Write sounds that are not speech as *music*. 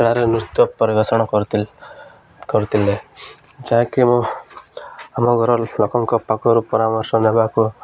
*unintelligible* ନୃତ୍ୟ ପରରିିବେଷଣ *unintelligible* କରିଥିଲେ ଯାହାକି ମୁଁ ଆମ ଘରର ଲୋକଙ୍କ ପାଖରୁ ପରାମର୍ଶ ନେବାକୁ